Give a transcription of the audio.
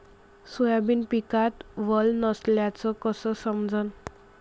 Soybean पिकात वल नसल्याचं कस समजन?